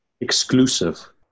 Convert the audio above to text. exclusive